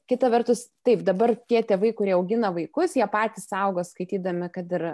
kita vertus taip dabar tie tėvai kurie augina vaikus jie patys augo skaitydami kad ir